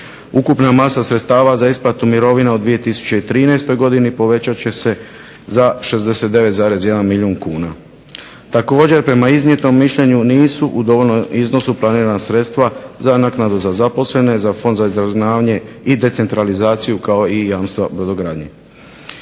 Ukupna masa sredstava za isplatu mirovina u 2013. godini povećat će se za 69,1 milijun kuna. Također prema iznijetom mišljenju nisu u dovoljnom iznosu planirana sredstva za naknadu za zaposlene, za fond za izravnavanje i decentralizaciju kao i jamstva brodogradnje.